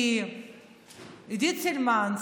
כי עידית סילמן,